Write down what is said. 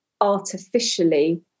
artificially